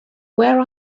where